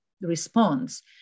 response